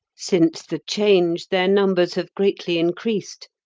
since the change their numbers have greatly increased,